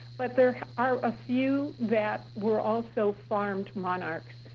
but there are a few that were also farmed monarchs.